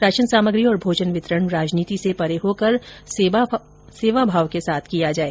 ration सामग्री और भोजन वितरण राजनीति से परे होकर सेवाभाव के साथ किया जाए